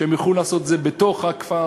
שהן יוכלו לעשות את זה בתוך הכפר,